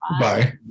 Bye